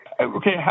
okay